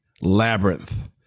labyrinth